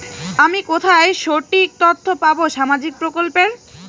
আমি কোথায় সঠিক তথ্য পাবো সামাজিক প্রকল্পের?